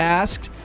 asked